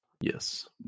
Yes